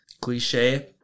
cliche